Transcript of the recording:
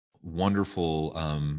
wonderful